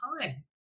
time